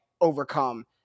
overcome